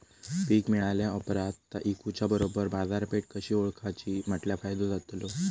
पीक मिळाल्या ऑप्रात ता इकुच्या बरोबर बाजारपेठ कशी ओळखाची म्हटल्या फायदो जातलो?